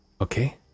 Okay